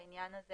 בעניין הזה